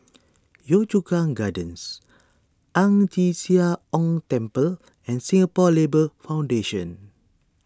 Yio Chu Kang Gardens Ang Chee Sia Ong Temple and Singapore Labour Foundation